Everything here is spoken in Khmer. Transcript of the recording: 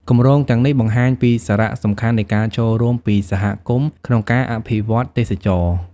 គម្រោងទាំងនេះបង្ហាញពីសារៈសំខាន់នៃការចូលរួមពីសហគមន៍ក្នុងការអភិវឌ្ឍទេសចរណ៍។